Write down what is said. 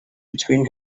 between